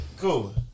cool